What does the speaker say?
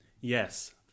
Yes